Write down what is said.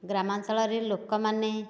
ଗ୍ରାମାଞ୍ଚଳରେ ଲୋକମାନେ